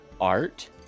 art